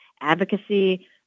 advocacy